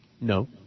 No